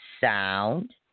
Sound